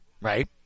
right